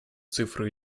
цифры